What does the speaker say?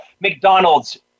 McDonald's